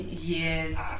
yes